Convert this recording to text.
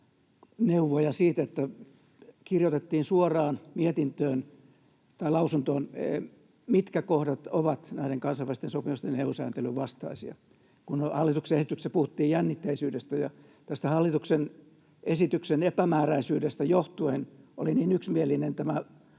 neuvoja siitä, että kirjoitettiin suoraan lausuntoon, mitkä kohdat ovat näiden kansainvälisten sopimusten ja EU-sääntelyn vastaisia, kun hallituksen esityksessä puhuttiin jännitteisyydestä. Tästä hallituksen esityksen epämääräisyydestä johtuen tämä